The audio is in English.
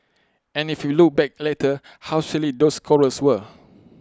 and if we look back later how silly those quarrels were